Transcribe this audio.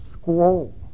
scroll